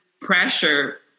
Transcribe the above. pressure